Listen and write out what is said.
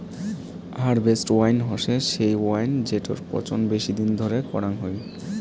harvest wine হসে সেই wine জেটোর পচন বেশি দিন ধরে করাং হই